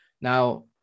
now